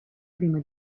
prima